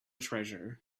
treasure